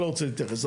אני לא רוצה להתייחס.